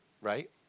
right